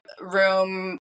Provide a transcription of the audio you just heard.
room